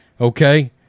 Okay